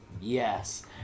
Yes